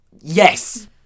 Yes